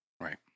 Right